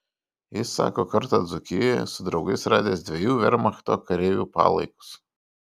jis sako kartą dzūkijoje su draugais radęs dviejų vermachto kareivių palaikus